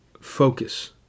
focus